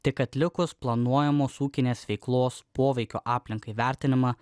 tik atlikus planuojamos ūkinės veiklos poveikio aplinkai vertinimą